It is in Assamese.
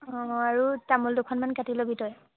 অঁ আৰু তামোল দুখনমান কাটি ল'ব তই